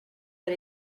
but